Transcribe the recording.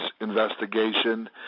investigation